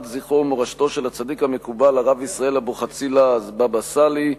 זכרו ומורשתו של הצדיק המקובל הרב ישראל אבוחצירא (הבבא סאלי),